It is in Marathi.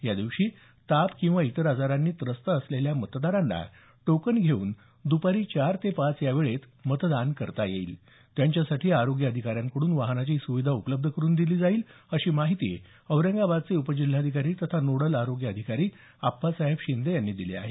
या दिवशी ताप किंवा इतर आजारांनी त्रस्त असलेल्या मतदारांना टोकन घेऊन दुपारी चार ते पाच या वेळेत मतदान करता येईल त्यांच्यासाठी आरोग्य अधिकाऱ्यांकडून वाहनाची सुविधा उपलब्ध करून दिली जाईल अशी माहिती औरंगाबादचे उपजिल्हाधिकारी तथा नोडल आरोग्य अधिकारी आप्पासाहेब शिंदे यांनी दिली आहे